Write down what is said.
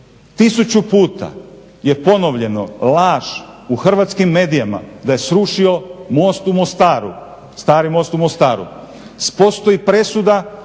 tisuća puta je ponovljeno, laž u hrvatskim medijima da je srušio most u Mostaru, stari most u Mostaru, postoji presuda